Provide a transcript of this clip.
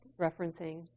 referencing